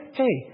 hey